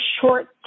short